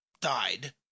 died